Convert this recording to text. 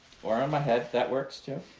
or on my head, that works too.